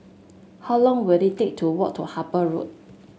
how long will it take to walk to Harper Road